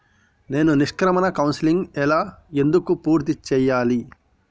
నేను నిష్క్రమణ కౌన్సెలింగ్ ఎలా ఎందుకు పూర్తి చేయాలి?